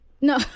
No